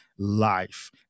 Life